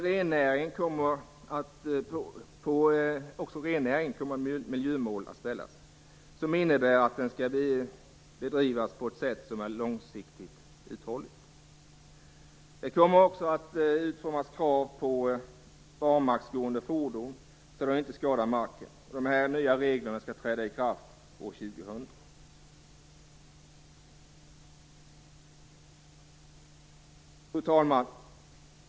Också för rennäringen kommer miljömål att ställas som innebär att denna näring skall bedrivas på ett långsiktigt uthålligt sätt. Det kommer också att utformas krav på barmarksgående fordon för att förhindra att marken skadas. Dessa nya regler skall träda i kraft år 2000. Fru talman!